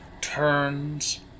turns